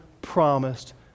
promised